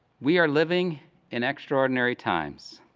we are living in extraordinary times,